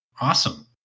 awesome